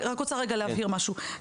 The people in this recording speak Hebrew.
אני רק רוצה להבהיר רגע משהו,